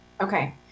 Okay